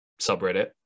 subreddit